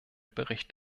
bericht